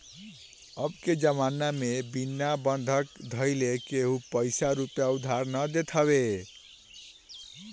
अबके जमाना में बिना बंधक धइले केहू पईसा रूपया उधार नाइ देत हवे